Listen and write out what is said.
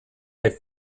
i’ve